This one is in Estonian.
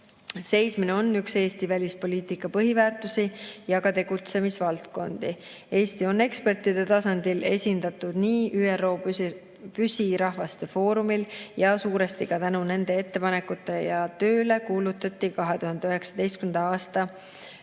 seismine on üks Eesti välispoliitika põhiväärtusi ja tegutsemisvaldkondi. Eesti on ekspertide tasandil esindatud ÜRO [põlis]rahvaste foorumil. Suuresti tänu nende ettepanekutele ja tööle kuulutati 2019. aasta